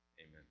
Amen